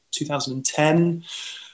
2010